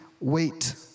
wait